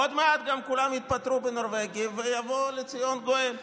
עוד מעט גם כולם יתפטרו בנורבגי ויבוא לציון גואל.